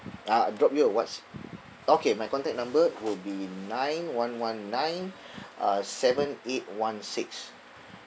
ah drop you a whats~ okay my contact number will be nine one one nine uh seven eight one six